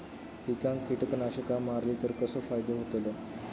पिकांक कीटकनाशका मारली तर कसो फायदो होतलो?